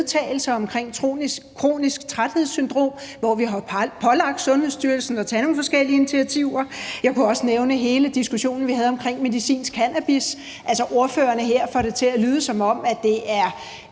omkring kronisk træthedssyndrom, hvor vi har pålagt Sundhedsstyrelsen at tage nogle forskellige initiativer. Jeg kunne også nævne hele diskussionen, vi havde omkring medicinsk cannabis. Altså, ordførerne her får det til at lyde, som om det er